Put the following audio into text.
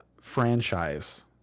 franchise